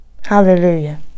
Hallelujah